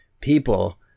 people